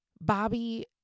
Bobby